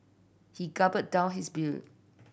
he gulp down his beer